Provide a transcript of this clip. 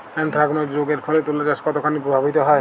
Anthracnose রোগ এর ফলে তুলাচাষ কতখানি প্রভাবিত হয়?